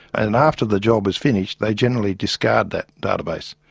and after the job is finished they generally discard that database.